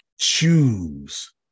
choose